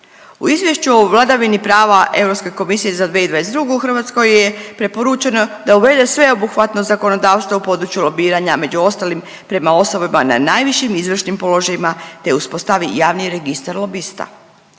U Izvješću o vladavini prava Europske komisije za 2022. Hrvatskoj je preporučeno da uvede sveobuhvatno zakonodavstvo u području lobiranja među ostalim prema osobama na najvišim izvršnim položajima te uspostavi javni registar lobista.